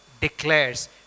declares